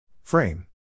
Frame